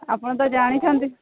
ଆପଣ ତ ଜାଣିଛନ୍ତି